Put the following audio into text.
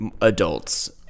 Adults